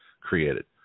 created